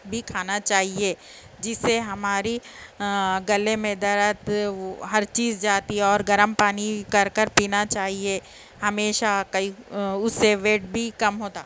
بھی کھانا چاہیے جس سے ہماری گلے میں درد ہر چیز جاتی اور گرم پانی کر کر پینا چاہیے ہمیشہ کئی اس سے ویٹ بھی کم ہوتا